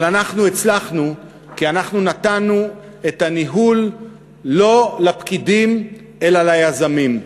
אבל אנחנו הצלחנו כי אנחנו נתנו את הניהול לא לפקידים אלא ליזמים,